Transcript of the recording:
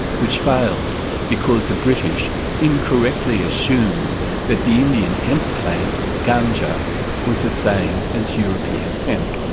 which failed because the british incorrectly assumed that the indian hemp plant ganga was the same as european hemp.